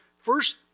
first